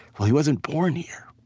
well, he wasn't born here.